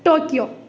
Tokyo